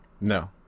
No